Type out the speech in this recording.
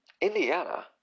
Indiana